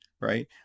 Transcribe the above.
right